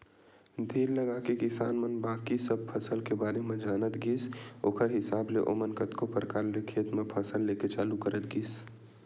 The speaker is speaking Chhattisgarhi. धीर लगाके किसान मन बाकी सब फसल के बारे म जानत गिस ओखर हिसाब ले ओमन कतको परकार ले खेत म फसल लेके चालू करत गिस